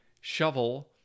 shovel